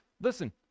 Listen